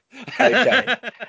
Okay